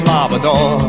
Labrador